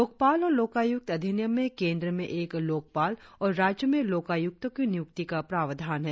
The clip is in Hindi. लोकपाल और लोकायुक्त अधिनियम में केंद्र में एक लोकपाल और राज्यों में लोकायुक्तों की नियुक्ति का प्रावधान है